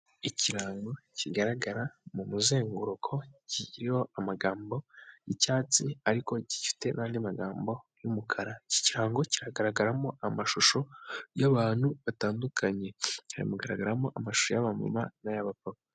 Ikirango kigaragara mu muzenguruko kiriho amagambo y'icyatsi ariko gifite n'andi magambo y'umukara, iki kirango kiragaragaramo amashusho y'abantu batandukanye. Kiranagaragaramo amashusho y'abamama n'ay'abapapa.